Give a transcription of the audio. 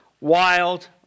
wild